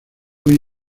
hoy